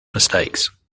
mistakes